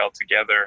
together